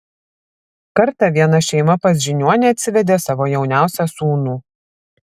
kartą viena šeima pas žiniuonį atsivedė savo jauniausią sūnų